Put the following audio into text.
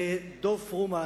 ודב פרומן,